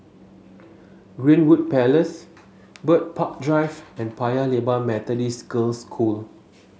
Greenwood Place Bird Park Drive and Paya Lebar Methodist Girls' School